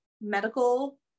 medical